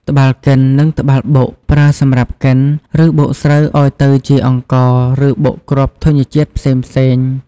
អង្រុត ឧបករណ៍ធ្វើពីឫស្សី ឬឈើ ប្រើសម្រាប់ដាក់ចាប់ត្រីនៅតាមបឹង ឬស្ទឹង។